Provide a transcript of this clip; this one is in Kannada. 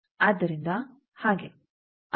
ಆದ್ದರಿಂದ ಹಾಗೆ